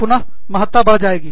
पुन महत्ता बढ़ जाएगी